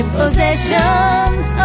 possessions